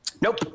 nope